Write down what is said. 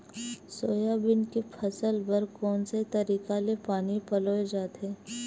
Soybean के फसल बर कोन से तरीका ले पानी पलोय जाथे?